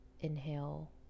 inhale